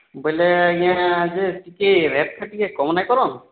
ବୋଇଲେ ଆଜ୍ଞା ଯେ ଟିକେ ରେଟ୍ଟା ଟିକେ କମ୍ ନାଇଁ କରନ୍